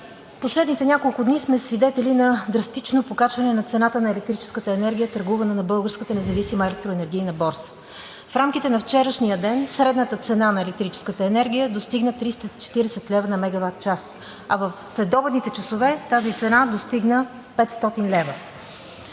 последните няколко дни сме свидетели на драстично покачване на цената на електрическата енергия, търгувана на Българската независима електроенергийна борса. В рамките на вчерашния ден средната цена на електрическата енергия достигна 340 лв. на мегаватчас, а в следобедните часове тази цена достигна 500 лв.